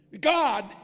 God